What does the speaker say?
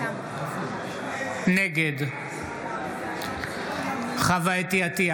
נגד חוה אתי עטייה,